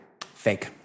Fake